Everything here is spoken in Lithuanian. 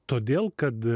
todėl kad